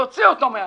תוציא אותו מהחוק.